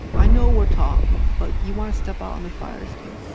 i know we're talking, but you want to step out on the fire escape,